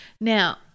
Now